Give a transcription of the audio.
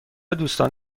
دوستان